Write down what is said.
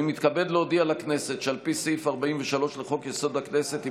אני מתכבד להודיע לכנסת שעל פי סעיף 43 לחוק-יסוד: הכנסת,